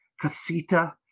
Casita